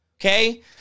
Okay